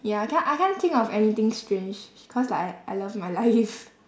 ya I can't I can't think of anything strange cause like I love my life